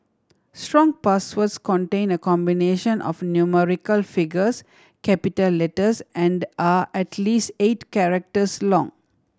strong passwords contain a combination of numerical figures capital letters and are at least eight characters long